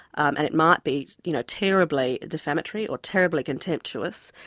and it might be, you know, terribly defamatory or terribly contemptuous,